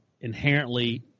inherently